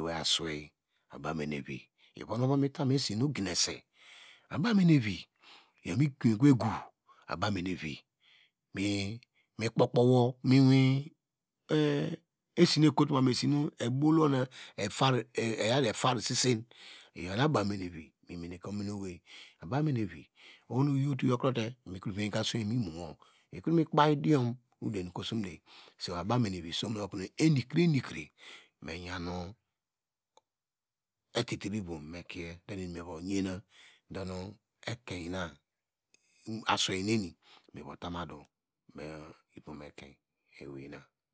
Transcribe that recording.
owei aswei abamenevi ivonu wo va mitamu esinu ogenese abumenevi mi koye koyo egu abamenevi mikpoko womo esinu ekoto mesi iyionu abamenevi mimeneke ominowei abamenevi oho no owote miveyeke asu wei mu imowo mikobow idiom udew abamenevi isom nu konu enikre meyanu etitiri vom mekie mu asweinene muva tamuadu mu ivom ekerin